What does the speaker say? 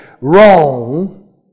wrong